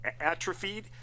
atrophied